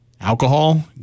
alcohol